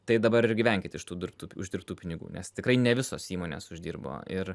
tai dabar ir gyvenkit iš tų dirbtų uždirbtų pinigų nes tikrai ne visos įmonės uždirbo ir